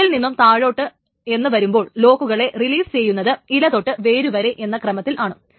മുകളിൽ നിന്നും താഴോട്ട് എന്ന് വരുമ്പോൾ ലോക്കുകളെ റിലീസ് ചെയ്യുന്നത് ഇലതൊട്ട് വേരു വരെ എന്ന ക്രമത്തിലാണ്